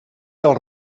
del